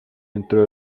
dentro